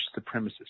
supremacists